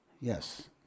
yes